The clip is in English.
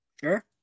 Sure